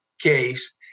case